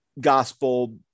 gospel